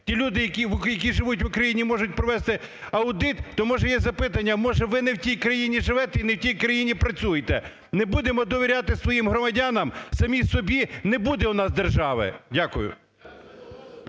ті люди, які живуть в Україні, і можуть провести аудит, то може є запитання, може ви не в тій країні живете і в не тій країні працюєте? Не будемо довіряти своїм громадянам, самі собі, не буде у нас держави. Дякую.